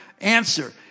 answer